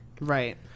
Right